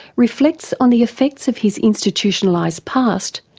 reflects on the effects of his institutionalised past,